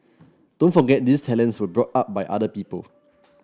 don't forget these talents were brought up by other people